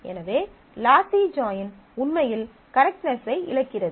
எனவே lossy join உண்மையில் கரெக்ட்னெஸை இழக்கிறது